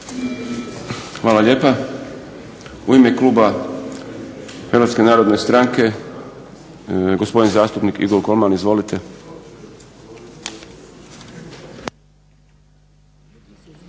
Hvala lijepa. U ime kluba Hrvatske narodne stranke, gospodin zastupnik Igor Kolman. Izvolite.